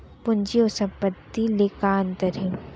पूंजी अऊ संपत्ति ले का अंतर हे?